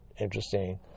Interesting